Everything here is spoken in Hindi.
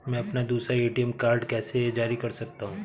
मैं अपना दूसरा ए.टी.एम कार्ड कैसे जारी कर सकता हूँ?